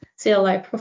CLI